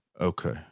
Okay